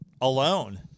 alone